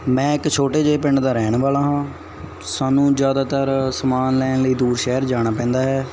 ਮੈਂ ਇੱਕ ਛੋਟੇ ਜਿਹੇ ਪਿੰਡ ਦਾ ਰਹਿਣ ਵਾਲਾ ਹਾਂ ਸਾਨੂੰ ਜ਼ਿਆਦਾਤਰ ਸਮਾਨ ਲੈਣ ਲਈ ਦੂਰ ਸ਼ਹਿਰ ਜਾਣਾ ਪੈਂਦਾ ਹੈ